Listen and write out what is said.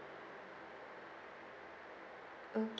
ok~